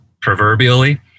proverbially